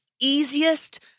easiest